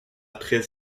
très